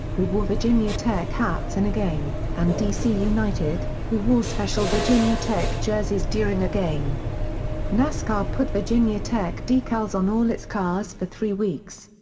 who wore virginia tech hats in a game, and d c. united, who wore special virginia tech jerseys during a game nascar put virginia tech decals on all its cars for three weeks.